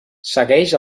segueix